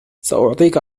سأعطيك